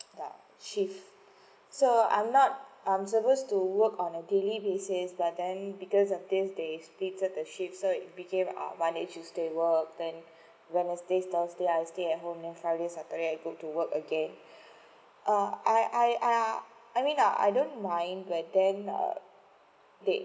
shift so I'm not I'm supposed to work on a daily basis but then because of this they stated the shift so it became ah monday tuesday work then wednesday thursday I stay at home then friday saturday I go to work again uh I I I I mean I don't mind but then ah they